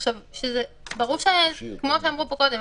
אבל שיגידו לוועדה מה בגדול הם מתכננים.